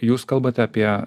jūs kalbate apie